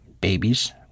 babies